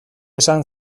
esan